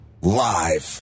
live